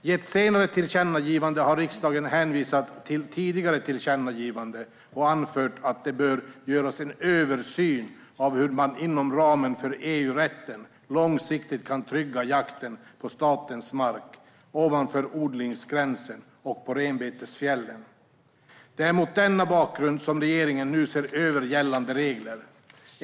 I ett senare tillkännagivande har riksdagen hänvisat till ett tidigare tillkännagivande och anfört att det bör göras en översyn av hur man inom ramen för EU-rätten långsiktigt kan trygga jakten på statens mark ovanför odlingsgränsen och på renbetesfjällen. Det är mot denna bakgrund som regeringen ser över gällande regler.